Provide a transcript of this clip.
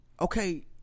Okay